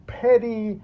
petty